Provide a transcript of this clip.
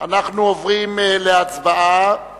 אנחנו עוברים להצבעה על